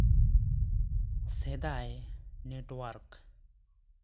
ᱥᱮᱫᱟᱭ net work